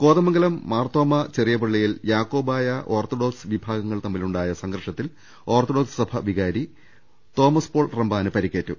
കോതമംഗലം മാർത്തോമൻ ചെറിയ പള്ളിയിൽ യാക്കോബായ ഓർത്തഡോക്സ് വിഭാഗങ്ങൾ തമ്മിലുണ്ടായ സംഘർഷത്തിൽ ഓർത്തഡോക്സ് സഭ വികാരി തോമസ്പോൾ റമ്പാന് പരിക്കേറ്റു